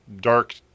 dark